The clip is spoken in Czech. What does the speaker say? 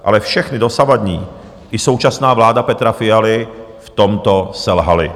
Ale všechny dosavadní i současná vláda Petra Fialy v tomto selhaly.